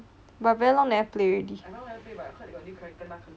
but very long never play already